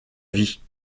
vie